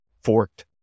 forked